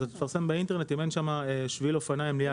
אז אתה תפרסם באינטרנט אם אין שם שביל אופניים ליד